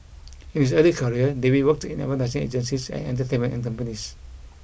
in his early career David worked in advertising agencies and entertainment companies